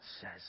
says